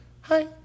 hi